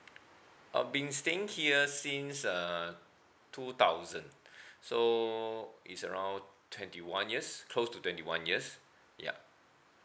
I've been staying here since uh two thousand so it's around twenty one years close to twenty one years ya